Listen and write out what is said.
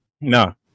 No